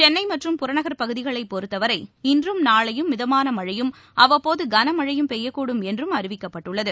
சென்னைமற்றும் புறநகா் பகுதிகளைபொறுத்தவரை இன்றும் நாளையும் மிதமானமழையும் அவ்வப்போதுகனமழையும் பெய்யக்கூடும் என்றும் அறிவிக்கப்பட்டுள்ளது